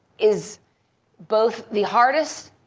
is both the hardest